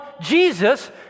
Jesus